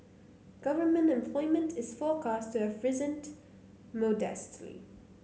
government employment is forecast to have modestly